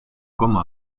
como